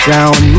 Down